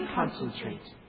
Concentrate